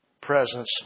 presence